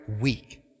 weak